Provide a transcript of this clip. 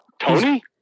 Tony